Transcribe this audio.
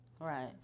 Right